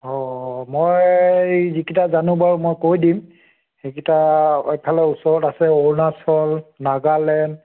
অ মই যিকেইটা জানো বাৰু মই কৈ দিম সেইকেইটা এফালে ওচৰত আছে অৰুণাচল নাগালেণ্ড